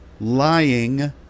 Lying